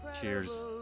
Cheers